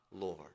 Lord